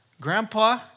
Grandpa